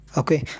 okay